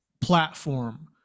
platform